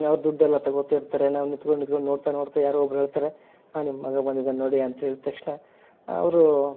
ಅವ್ರು ದುಡ್ಡೆಲ್ಲ ತಗೋತಾ ಇರ್ತಾರೆ ನಾವು ನಿಂತ್ಕೊಂಡ್ ನಿಂತ್ಕೊಂಡ್ ನೋಡ್ತಾ ನೋಡ್ತಾ ಯಾರೋ ಒಬ್ರು ಹೇಳ್ತಾರೆ ಹಾಂ ನಿಮ್ಮ ಮಗ ಬಂದಿದಾನೆ ನೋಡಿ ಅಂತ ಹೇಳಿ ತಕ್ಷಣ ಅವರು